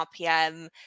RPM